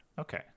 Okay